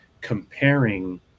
comparing